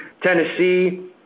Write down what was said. Tennessee